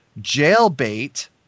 Jailbait